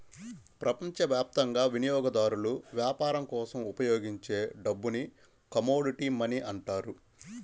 ప్రపంచవ్యాప్తంగా వినియోగదారులు వ్యాపారం కోసం ఉపయోగించే డబ్బుని కమోడిటీ మనీ అంటారు